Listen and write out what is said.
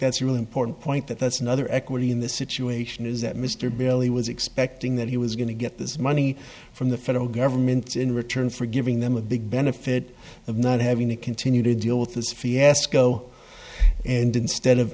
that's really important point that that's another equity in this situation is that mr bailey was expecting that he was going to get this money from the federal government in return for giving them a big benefit of not having to continue to deal with this fiasco and instead of